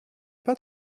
pas